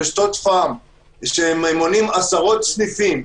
ברשתות פארם שמונים עשרות סניפים,